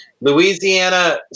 Louisiana